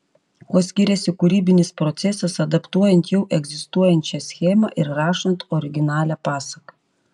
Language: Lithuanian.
kuo skiriasi kūrybinis procesas adaptuojant jau egzistuojančią schemą ir rašant originalią pasaką